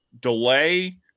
delay